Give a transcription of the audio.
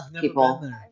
people